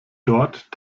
dort